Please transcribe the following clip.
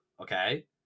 okay